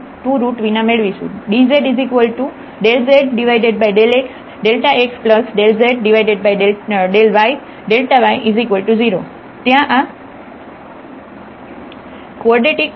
dz∂z∂xx∂z∂yΔy0 ત્યાં આ quadratic term છે અને તે દરેક પણ કવાદરેટીક છે